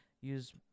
Use-